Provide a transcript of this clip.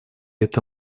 это